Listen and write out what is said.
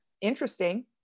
interesting